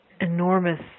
enormous